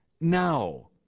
now